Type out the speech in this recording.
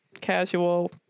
Casual